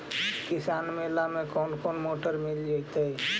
किसान मेला में कोन कोन मोटर मिल जैतै?